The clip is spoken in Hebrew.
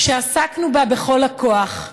שעסקנו בה בכל הכוח,